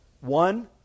One